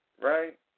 right